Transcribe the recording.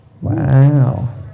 Wow